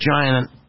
giant